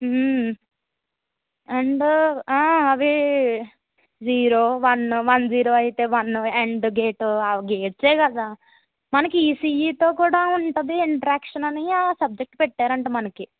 and అవి zero one one zero అయితే one and gate గేట్సే కదా మనకి ఈసీఈతో కూడా ఉంటుంది ఇంట్రాక్షన్ అని ఆ సుబెక్ట్ పెట్టారంట మనకి